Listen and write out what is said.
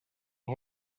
you